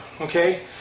okay